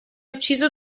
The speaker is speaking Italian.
ucciso